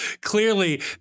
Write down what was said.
clearly